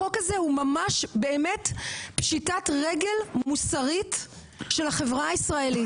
החוק הזה הוא ממש פשיטת רגל מוסרית של החברה הישראלית.